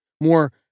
more